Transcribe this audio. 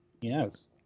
Yes